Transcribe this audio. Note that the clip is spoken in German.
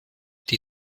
die